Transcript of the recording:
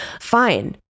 fine